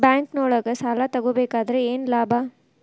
ಬ್ಯಾಂಕ್ನೊಳಗ್ ಸಾಲ ತಗೊಬೇಕಾದ್ರೆ ಏನ್ ಲಾಭ?